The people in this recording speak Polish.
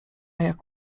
jak